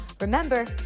Remember